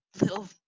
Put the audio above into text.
little